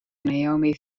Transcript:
naomi